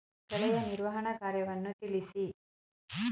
ಕಳೆಯ ನಿರ್ವಹಣಾ ಕಾರ್ಯವನ್ನು ತಿಳಿಸಿ?